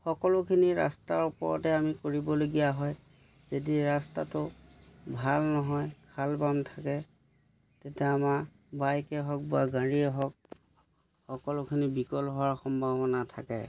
সকলোখিনি ৰাস্তাৰ ওপৰতে আমি কৰিবলগীয়া হয় যদি ৰাস্তাটো ভাল নহয় খাল বাম থাকে তেতিয়া আমাৰ বাইকেই হওক বা গাড়ীয়ে হওক সকলোখিনি বিকল হোৱাৰ সম্ভাৱনা থাকে